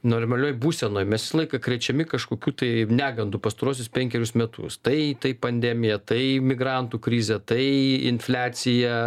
normalioj būsenoj mes visą laiką krečiami kažkokių tai negandų pastaruosius penkerius metus tai tai pandemija tai migrantų krizė tai infliacija